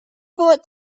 bullet